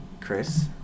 Chris